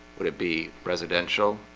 would it be residential?